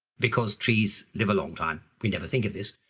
because trees live a long time, we never think of this.